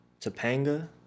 Topanga